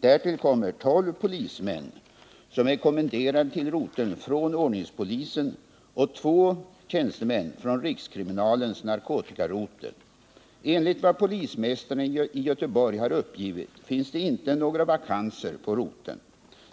Därtill kommer 12 polismän som är kommenderade till roteln från ordningspolisen och två tjänstemän från rikskriminalens narkotikarotel. Enligt vad polismästaren i Göteborg har uppgivit finns det inte några vakanser på roteln.